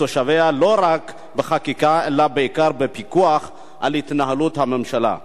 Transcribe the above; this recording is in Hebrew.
לא רק בחקיקה אלא בעיקר בפיקוח על התנהלות הממשלה.